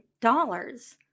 dollars